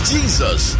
Jesus